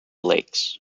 lakes